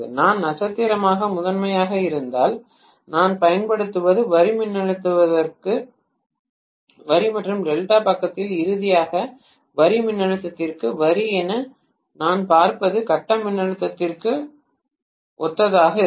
நான் நட்சத்திரமாக முதன்மையாக இருந்தால் நான் பயன்படுத்துவது வரி மின்னழுத்தத்திற்கு வரி மற்றும் டெல்டா பக்கத்தில் இறுதியாக வரி மின்னழுத்தத்திற்கு வரி என நான் பார்ப்பது கட்ட மின்னழுத்தத்திற்கு ஒத்ததாக இருக்கும்